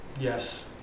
Yes